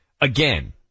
again